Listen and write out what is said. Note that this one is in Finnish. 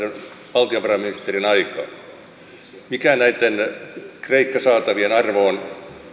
valtiovarainministerin aikaa mikä näitten kreikka saatavien arvo